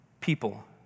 people